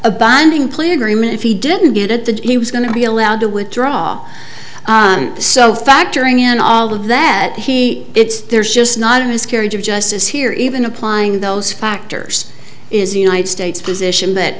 a binding plea agreement if he didn't get it that he was going to be allowed to withdraw so factoring in all of that he it's there's just not a miscarriage of justice here even applying those factors is the united states position